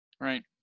Right